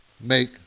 make